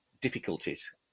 difficulties